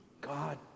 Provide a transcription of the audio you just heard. god